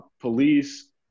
police